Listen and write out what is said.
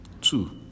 Two